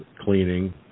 cleaning